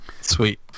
Sweet